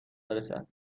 برسد